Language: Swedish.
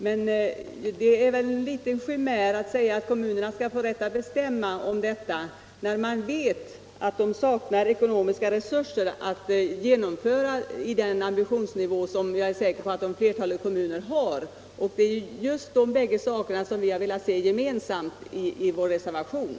Men det är väl en chimär att säga att kommunerna skall få rätt att bestämma om detta när man vet att de saknar ekonomiska resurser att genomföra planerna i förhållande till den ambitionsnivå som jag är säker på att flertalet kommuner har. Det är dessa bägge saker som vi har velat se gemensamt i vår reservation.